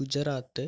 Gujarat